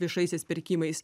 viešaisiais pirkimais